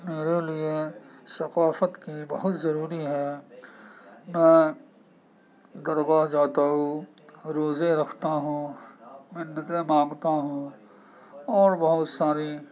میرے لیے ثقافت کے بہت ضروری ہے میں درگاہ جاتا ہوں روزے رکھتا ہوں منتیں مانگتا ہوں اور بہت ساری